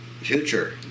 future